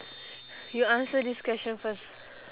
you answer this question first